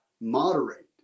moderate